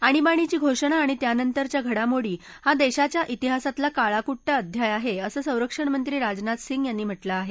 आणीबाणीची घोषणा आणि त्यानंतरच्या घडामोडी हा देशाच्या ातिहासातला काळाकुट्ट अध्याय आहे असं संरक्षणमंत्री राजनाथ सिंग यांनी म्हटलं आहे